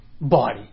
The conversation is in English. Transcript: body